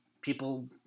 people